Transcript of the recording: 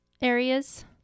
areas